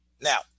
Now